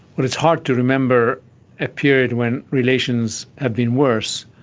well, it's hard to remember a period when relations have been worse,